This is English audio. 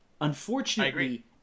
Unfortunately